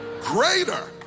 greater